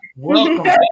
Welcome